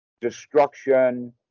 destruction